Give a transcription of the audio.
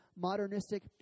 modernistic